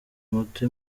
moto